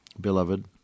beloved